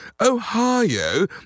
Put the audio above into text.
Ohio